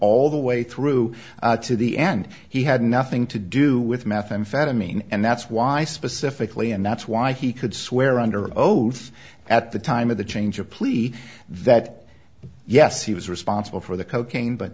all the way through to the end he had nothing to do with methamphetamine and that's why specifically and that's why he could swear under oath at the time of the change of plea that yes he was responsible for the cocaine but